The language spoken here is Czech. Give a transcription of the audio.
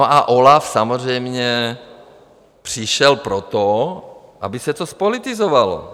A OLAF samozřejmě přišel proto, aby se to zpolitizovalo.